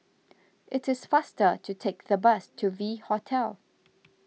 it is faster to take the bus to V Hotel